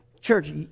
Church